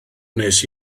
wnes